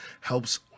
helps